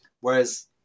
whereas